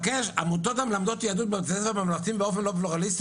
עמותות המלמדות יהדות בבתי הספר הממלכתיים באופן לא פלורליסטי